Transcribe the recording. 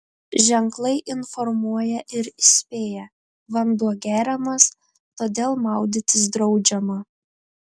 ženklai informuoja ir įspėja vanduo geriamas todėl maudytis draudžiama